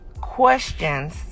questions